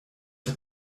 for